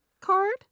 card